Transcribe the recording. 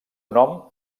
nom